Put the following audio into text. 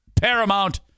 paramount